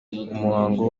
umuhango